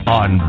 on